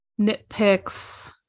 nitpicks